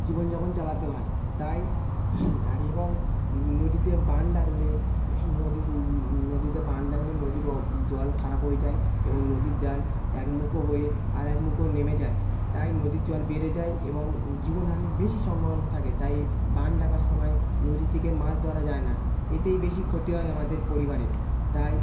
জীবনযাপন চালাতে হয় তাই আর এবং নদীতে বান ডাকলে নদী নদীতে বান ডাকলে নদীরও জল খারাপ হয়ে যায় এবং নদীর দ্যান একমুখো হয়ে আর এক মুখো নেমে যায় তাই নদীর জল বেড়ে যায় এবং জীবনহানির বেশি সম্ভবনা থাকে তাই বান ডাকার সময় নদীর থেকে মাছ ধরা যায় না এতেই বেশি ক্ষতি হয় আমাদের পরিবারের তাই